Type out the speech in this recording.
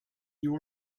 you